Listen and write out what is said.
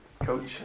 coach